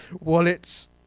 wallets